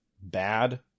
bad